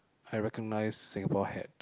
I recognised Singapore had